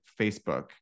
Facebook